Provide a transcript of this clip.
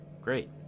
great